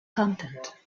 content